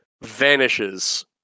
vanishes